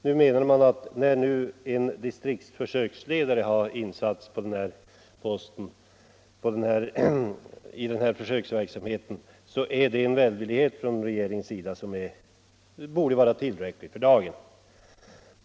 Man menar att när nu en distriktsförsöksledare har satts in i den här försöksverksamheten, så är det en vänlighet från regeringens sida som borde vara tillräcklig för dagen.